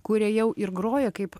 kurie jau ir groja kaip